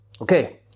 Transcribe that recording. Okay